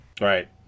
right